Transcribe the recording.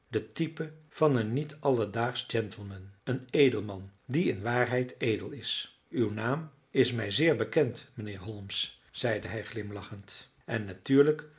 de type van een niet alledaagsch gentleman een edelman die in waarheid edel is uw naam is mij zeer bekend mijnheer holmes zeide hij glimlachend en natuurlijk